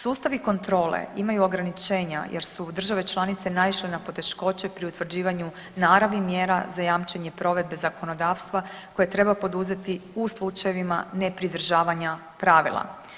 Sustavi kontrole imaju ograničenja jer su države članice naišle na poteškoće pri utvrđivanju naravi mjera za jamčenje provedbe zakonodavstva koje treba poduzeti u slučajevima nepridržavanja pravila.